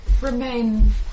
remain